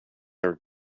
are